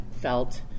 felt